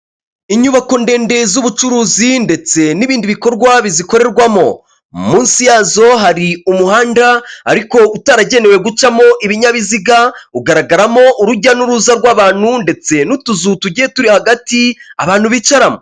Inyubako ndende z'ubucuruzi ndetse n'ibindi bikorwa bizikorerwamo. Munsi yazo hari umuhanda ariko utaragenewe gucamo ibinyabiziga, ugaragaramo urujya n'uruza rw'abantu ndetse n'utuzu tugiye turi hagati abantu b'icaramo.